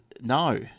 No